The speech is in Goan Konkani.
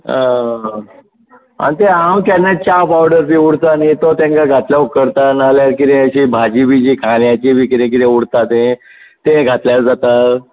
आं आगे हांव केन्नाय च्या पावडर बी उरता न्ही तो तेंका घातल्यार उपकारता नाल्या कितें अशीं भाजी बिजी खाऱ्याची बी कितें कितें उरता तें तें घातल्यार जाता